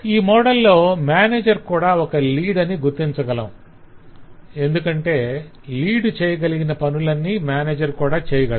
ఈ మోడల్ లో మేనేజర్ కూడా ఒక లీడ్ అని గుర్తించగలం - ఎందుకంటే లీడ్ చేయగలిగిన పనులన్నీ మేనేజర్ కూడా చేయగలడు